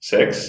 Six